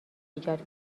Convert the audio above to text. ایجاد